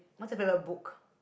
what's your favourite book